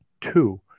two